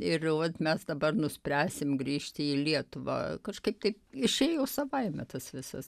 ir vat mes dabar nuspręsim grįžti į lietuvą kažkaip taip išėjo savaime tas visas